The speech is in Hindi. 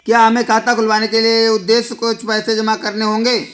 क्या हमें खाता खुलवाने के उद्देश्य से कुछ पैसे जमा करने होंगे?